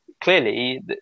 clearly